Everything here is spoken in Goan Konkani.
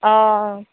हय